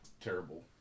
terrible